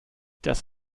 dass